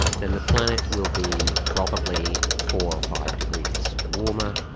then the planet will be probably four or five degrees warmer,